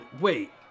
wait